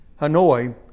Hanoi